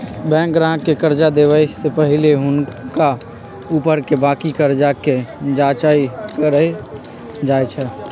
bank गाहक के कर्जा देबऐ से पहिले हुनका ऊपरके बाकी कर्जा के जचाइं कएल जाइ छइ